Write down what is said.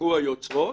יתהפכו היוצרות